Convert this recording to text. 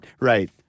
right